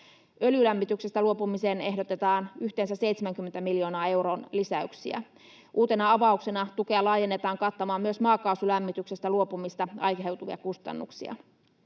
Öljylämmityksestä luopumiseen ehdotetaan yhteensä 70 miljoonan euron lisäyksiä. Uutena avauksena tukea laajennetaan kattamaan myös maakaasulämmityksestä luopumisesta aiheutuvia kustannuksia.